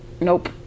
Nope